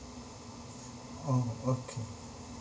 oh okay